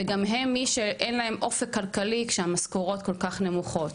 והם גם אלה שאין הם אופק כלכלי כשהמשכורות כל כך נמוכות.